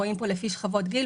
רואים פה לפי שכבות גיל.